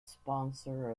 sponsor